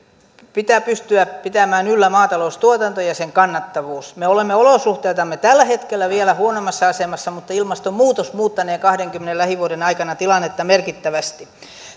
pitää pystyä pitämään yllä maataloustuotanto ja ja sen kannattavuus me olemme olosuhteiltamme tällä hetkellä vielä huonommassa asemassa mutta ilmastonmuutos muuttanee kahdenkymmenen lähivuoden aikana tilannetta merkittävästi